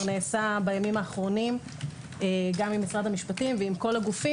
נעשה בימים האחרונים גם עם משרד המשפטים ועם כל הגופים